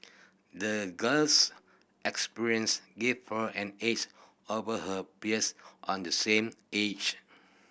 the girl's experience gave her an edge over her peers on the same age